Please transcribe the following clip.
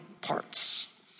parts